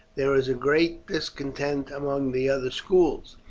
there is great discontent among the other schools,